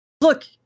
look